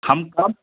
हम आप